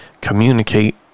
communicate